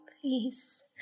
Please